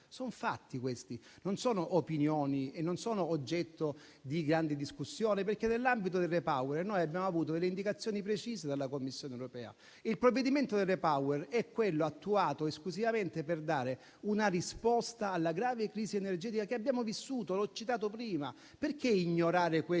sono fatti, non sono opinioni e non sono oggetto di grandi discussioni. Nell'ambito del REPowerEU, abbiamo infatti avuto delle indicazioni precise dalla Commissione europea. Tale provvedimento è attuato esclusivamente per dare una risposta alla grave crisi energetica, che abbiamo vissuto e che ho citato prima. Perché ignorarlo e non